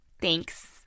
Thanks